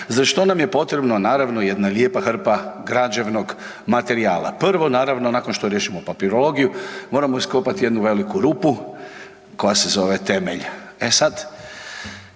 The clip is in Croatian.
za što nam je potrebno naravno jedna lijepa hrpa građevnog materijala. Prvo naravno nakon što riješimo papirologiju, moramo iskopati jednu veliku rupu koja se zove temelj. E sada,